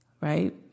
right